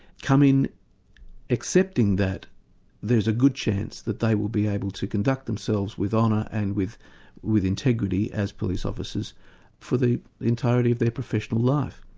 come in accepting that there's a good chance that they will be able to conduct themselves with honour and with with integrity as police officers for the entirety of their professional life.